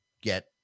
get